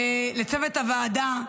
לצוות הוועדה.